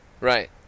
right